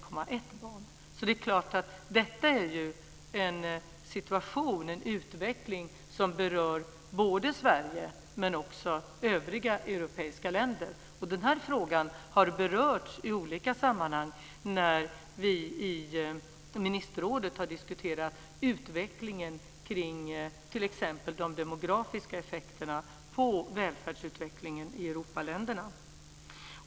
Det är klart att detta är en utveckling som berör både Sverige och övriga europeiska länder. Denna fråga har tagits upp i olika sammanhang när man i ministerrådet har diskuterat de demografiska effekterna på välfärdsutvecklingen i Europaländerna.